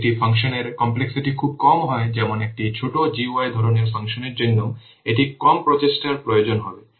যদি একটি ফাংশনের কমপ্লেক্সিটি খুব কম হয় যেমন একটি ছোট GUI ধরনের ফাংশনের জন্য এটি কম প্রচেষ্টার প্রয়োজন হবে